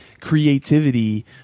creativity